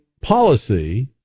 policy